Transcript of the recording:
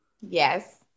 Yes